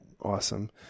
awesome